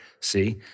see